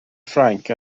ffrainc